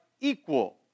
equal